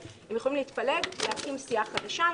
הם יכולים להתפלג ולהקים סיעה חדשה.